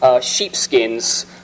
sheepskins